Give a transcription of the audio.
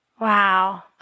Wow